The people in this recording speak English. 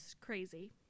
crazy